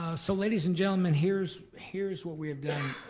so ladies and gentlemen here's here's what we have done.